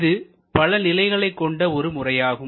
இது பல நிலைகளைக் கொண்ட ஒரு முறையாகும்